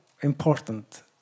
important